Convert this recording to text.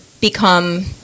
become